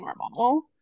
normal